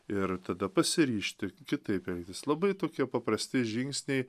ir tada pasiryžti kitaip elgtis labai tokie paprasti žingsniai